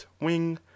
wing